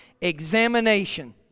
examination